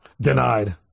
denied